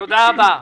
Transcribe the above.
תודה רבה.